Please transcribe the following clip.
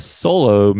solo